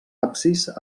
absis